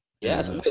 Yes